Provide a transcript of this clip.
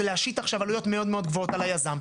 זה להשית עכשיו עלויות מאוד מאוד גבוהות על היזם.